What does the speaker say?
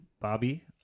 Bobby